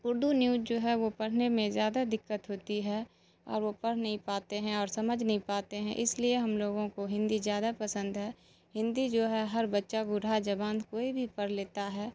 Urdu news جو ہے وہ پڑھنے میں زیادہ دقت ہوتی ہے اور وہ پڑھ نہیں پاتے ہیں اور سمجھ نہیں پاتے ہیں اس لیے ہم لوگوں کو ہندی زیادہ پسند ہے ہندی جو ہے ہر بچہ بورھا جوان کوئی بھی پڑھ لیتا ہے